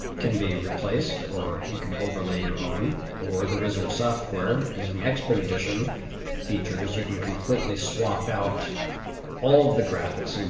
can be replaced or you can overlay your own or the wizard software using expert edition features you can completely swap out all of the graphics